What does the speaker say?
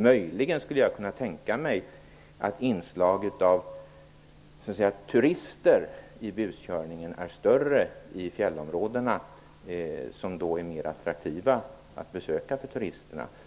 Möjligen skulle jag kunna tänka mig att inslaget av turister i buskörningen är större i fjälltrakterna som är mera attraktiva att besöka för dem.